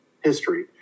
history